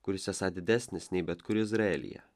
kuris esą didesnis nei bet kur izraelyje